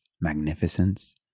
magnificence